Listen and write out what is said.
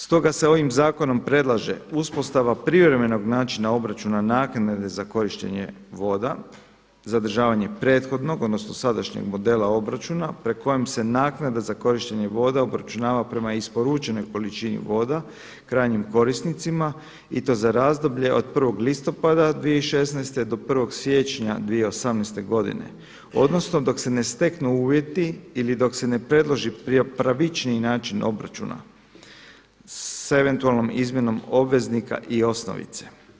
Stoga se ovim zakonom predlaže uspostava privremenog načina obračuna naknade za korištenje voda, zadržavanje prethodnog odnosno sadašnjeg modela obračuna pri kojem se naknada za korištenje voda obračunava prema isporučenoj količini voda krajnjim korisnicima i to za razdoblje od 1. listopada 2016. do 1. siječnja 2018. godine odnosno dok se ne steknu uvjeti ili dok se ne predloži pravičniji način obračuna s eventualnom izmjenom obveznika i osnovice.